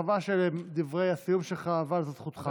חבל שדברי הסיום שלך, אבל זאת זכותך.